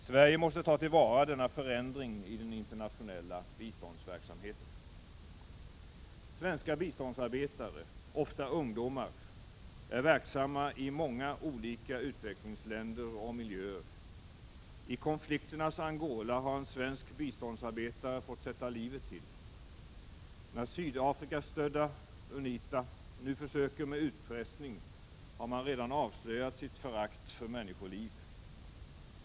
Sverige måste ta till vara denna Svenska biståndsarbetare, ofta ungdomar, är verksamma i många olika utvecklingsländer och miljöer. I konflikternas Angola har en svensk biståndsarbetare fått sätta livet till. När Sydafrikastödda UNITA nu försöker med utpressning, har man redan avslöjat sitt förakt för människoliv.